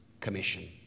commission